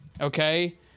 Okay